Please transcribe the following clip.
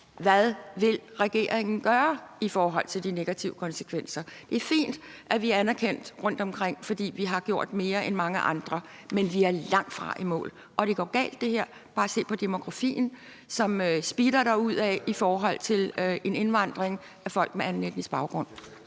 hvad regeringen vil gøre i forhold til de negative konsekvenser. Det er fint, at vi er anerkendt rundtomkring, fordi vi har gjort mere end mange andre. Men vi er langtfra i mål. Og det her går galt. Bare se på demografien, som speeder derudad i forhold til en indvandring af folk med anden etnisk baggrund.